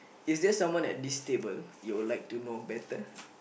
is there someone at this table you would like to know better